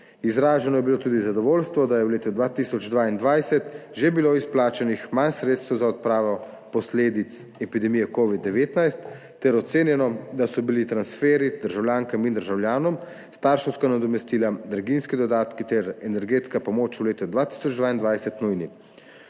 Izraženo je bilo tudi zadovoljstvo, da je v letu 2022 že bilo izplačanih manj sredstev za odpravo posledic epidemije covid-19, ter ocenjeno, da so bili transferji državljankam in državljanom, starševska nadomestila, draginjski dodatki ter energetska pomoč v letu 2022 nujni.